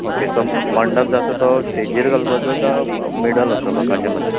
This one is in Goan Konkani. ओके तो मंडप जाता तो स्टेजीर घालपाचो कांय मिडल आसतलो लोकांचे मदी